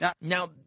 Now